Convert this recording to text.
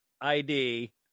id